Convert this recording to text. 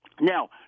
Now